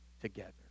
together